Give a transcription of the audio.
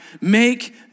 make